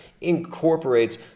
incorporates